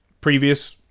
previous